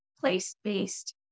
place-based